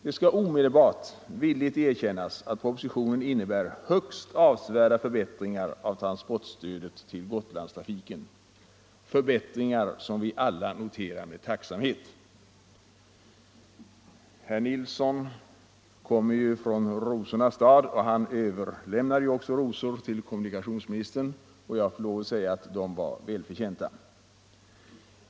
Det skall omedelbart villigt erkännas att propositionen innebär högst avsevärda förbättringar av transportstödet till Gotlandstrafiken, förbättringar som vi alla noterar med tacksamhet. Herr Nilsson kommer från rosornas stad och överlämnar också rosor till kommunikationsministern. De var välförtjänta.